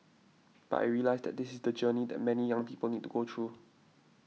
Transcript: but I realised that this is the journey that many young people need go through